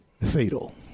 fatal